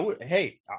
hey